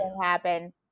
happen